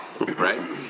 right